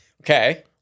Okay